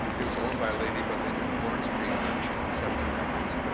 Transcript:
it was owned by a lady by the name of florence greenberg, she owns scepter records.